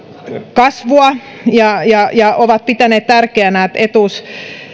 kasvua ja ja ovat pitäneet tärkeänä että